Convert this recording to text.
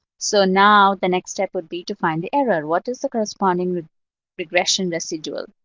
so now the next step would be to find the error. what is the corresponding regression residual?